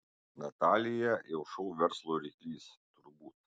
natalija jau šou verslo ryklys turbūt